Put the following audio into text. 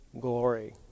glory